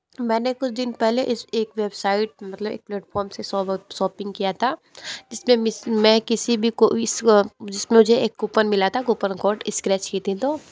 मैंने कुछ दिन पेहले इस एक वेबसाइट मतलब एक प्लेटफॉम से सो सॉपपिंग किया था जिसमें मिस मैं किसी भी को इस जिसमें मुझे एक कूपन मिला था कूपन कौड इस्क्रैच की थी तो